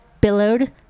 Billowed